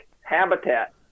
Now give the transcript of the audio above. habitat